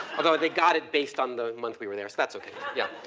although they got it based on the month we were there so that's okay. yeah,